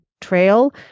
trail